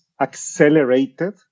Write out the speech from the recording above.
accelerated